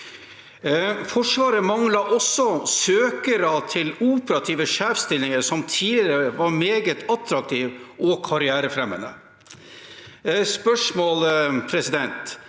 Forsvaret mangler også søkere til operative sjefsstillinger som tidligere var meget attraktive og karrierefremmende. Spørsmålet